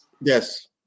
Yes